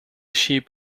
sheep